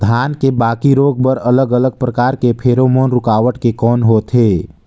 धान के बाकी रोग बर अलग अलग प्रकार के फेरोमोन रूकावट के कौन होथे?